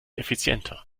effizienter